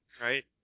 Right